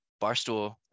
Barstool